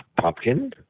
pumpkin